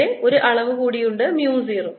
അവിടെ ഒരു അളവ് കൂടിയുണ്ട് mu 0